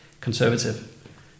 conservative